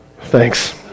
Thanks